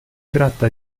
tratta